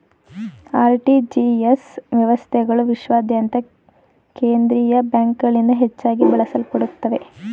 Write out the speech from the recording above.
RTGS ವ್ಯವಸ್ಥೆಗಳು ವಿಶ್ವಾದ್ಯಂತ ಕೇಂದ್ರೀಯ ಬ್ಯಾಂಕ್ಗಳಿಂದ ಹೆಚ್ಚಾಗಿ ಬಳಸಲ್ಪಡುತ್ತವೆ